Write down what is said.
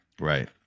Right